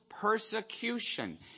persecution